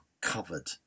covered